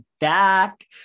back